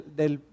del